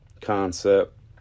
concept